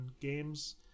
games